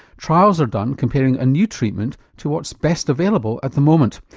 trials are done comparing a new treatment to what's best available at the moment.